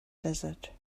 desert